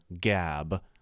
Gab